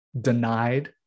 denied